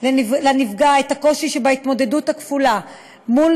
לנפגע את הקושי שבהתמודדות הכפולה מול